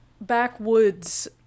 backwoods